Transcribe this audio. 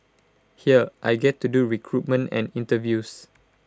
here I get to do recruitment and interviews